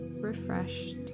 refreshed